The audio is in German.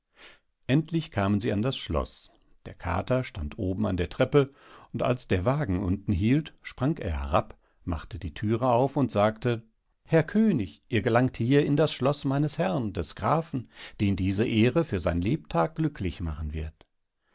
endlich kamen sie an das schloß der kater stand oben an der treppe und als der wagen unten hielt sprang er herab machte die thüre auf und sagte herr könig ihr gelangt hier in das schloß meines herrn des grafen den diese ehre für sein lebtag glücklich machen wird